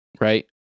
right